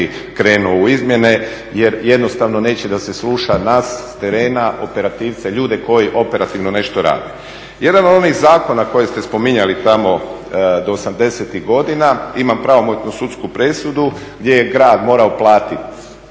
krenuo u izmjene jer jednostavno neće da se sluša nas s terena, operativce, ljudi koji operativno nešto rade. Jedan od onih zakona koje ste spominjali tamo do '80.-ih godina ima pravomoćnu sudsku presudu gdje je grad morao platit